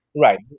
Right